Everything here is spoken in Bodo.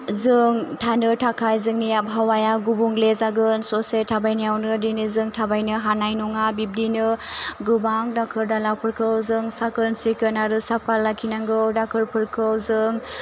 जों थानो थाखाय जोंनि आबहावाया गुबुंले जागोन ससे थाबायनायावनो दिनै जों थाबायनो हानाय नङा बिबदिनो गोबां दाखोर दालाफोरखौ जों साखोन सिखोन आरो साफा लाखिनांगौ दाखोरफोरखौ जों